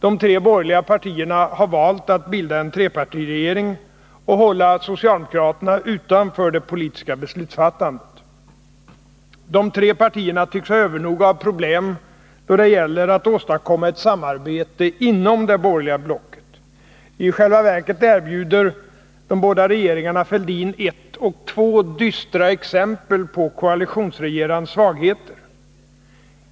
De tre borgerliga partierna har valt att bilda en trepartiregering och hålla socialdemokraterna utanför det politiska beslutsfattandet. De tre partierna tycks ha övernog av problem då det gäller att åstadkomma ett samarbete inom det borgerliga blocket. I själva verket erbjuder de båda regeringarna Fälldin 1 och Fälldin 2 dystra exempel på koalitionsregerandets svagheter.